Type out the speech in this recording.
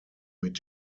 mit